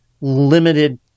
limited